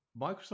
Microsoft